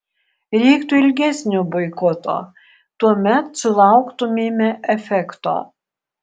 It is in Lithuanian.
reiktų ilgesnio boikoto tuomet sulauktumėme efekto